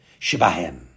Shibahem